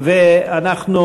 מה שאנחנו